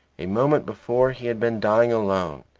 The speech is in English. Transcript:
a moment before he had been dying alone.